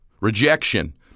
rejection